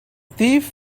thief